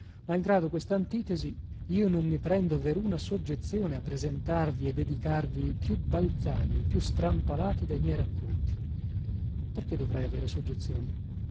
malgrado questa antitesi io non mi prendo veruna soggezione a presentarvi e dedicarvi il più balzano il più strampalato de miei racconti perchè dovrei aver soggezione